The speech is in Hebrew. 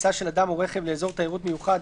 כניסה של אדם או רכב לאזור תיירות מיוחד,